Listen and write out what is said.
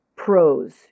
pros